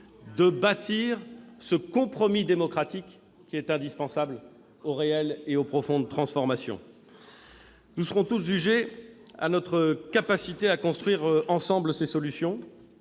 de bâtir ce compromis démocratique qui est indispensable aux réelles et profondes transformations. Nous serons tous jugés sur notre capacité de construire ensemble ces solutions,